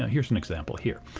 ah here's an example here.